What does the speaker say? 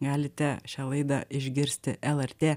galite šią laidą išgirsti lrt